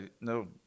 no